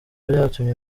byatumye